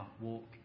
walk